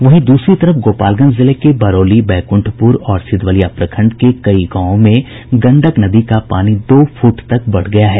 वहीं द्रसरी तरफ गोपालगंज जिले के बरौली बैकुंठपुर और सिधवलिया प्रखंड के कई गांवों में गंडक नदी का पानी दो फूट तक बढ़ गया है